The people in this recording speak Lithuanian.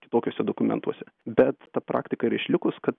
kitokiuose dokumentuose bet ta praktika yra išlikus kad